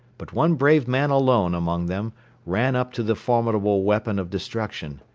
but one brave man alone among them ran up to the formidable weapon of destruction.